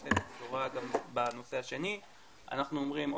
שנצא עם הבשורה בנושא השני אנחנו אומרים,